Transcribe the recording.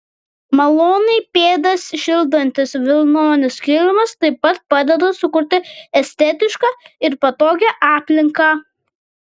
maloniai pėdas šildantis vilnonis kilimas taip pat padeda sukurti estetišką ir patogią aplinką